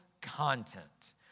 content